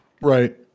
Right